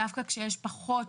דווקא כשיש פחות